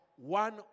One